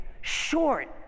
short